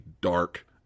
dark